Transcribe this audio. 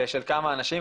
ושל כמה אנשים?